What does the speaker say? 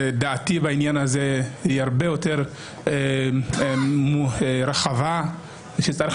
דעתי בעניין הזה היא הרבה יותר רחבה ואני אומר שצריך